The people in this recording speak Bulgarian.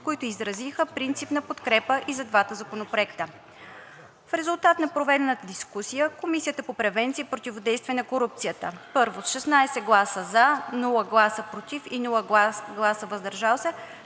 които изразиха принципна подкрепа и за двата законопроекта. В резултат на проведената дискусия Комисията по превенция и противодействие на корупцията: Първо, с 16 гласа „за“, без „против“ и „въздържал се“